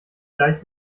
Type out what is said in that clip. gleich